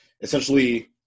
essentially